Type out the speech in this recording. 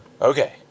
Okay